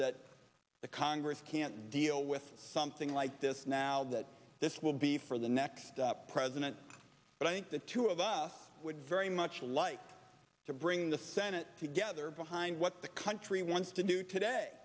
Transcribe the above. that the congress can't deal with something like this now that this will be for the next up president but i think the two of us would very much like to bring the senate together behind what the country wants to do today